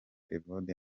evode